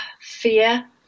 fear